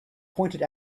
pointed